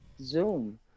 zoom